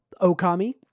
Okami